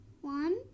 One